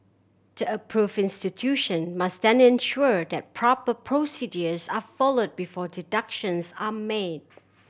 the approve fen institution must then ensure that proper procedures are follow before deductions are made